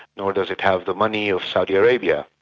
nor does it have the money of saudi arabia,